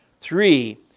Three